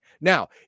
Now